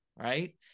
right